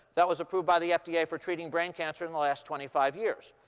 that was approved by the fda yeah for treating brain cancer in the last twenty five years.